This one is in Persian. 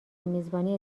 میزبانی